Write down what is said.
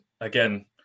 again